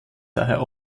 daher